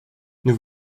nous